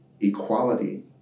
equality